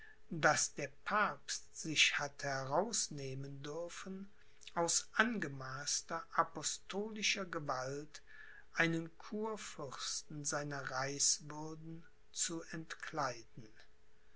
daß der papst sich hatte herausnehmen dürfen aus angemaßter apostolischer gewalt einen reichsfürsten seiner reichswürden zu entkleiden